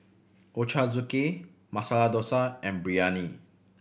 Ochazuke Masala Dosa and Biryani